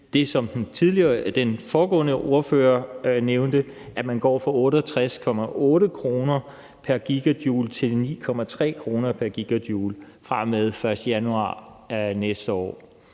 det, som den foregående ordfører nævnte, nemlig at man går fra 68,8 kr. pr. GJ til 9,3 kr. pr. GJ fra med den 1. januar næste år.